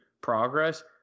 progress